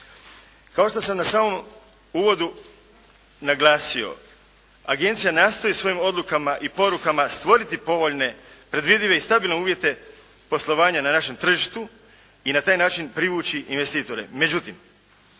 Kao što sam na samom uvodu naglasio, agencija nastoji svojim odlukama i porukama stvoriti povoljne, predvidljive i stabilne uvjete poslovanja na našem tržištu i na taj način privući investitore.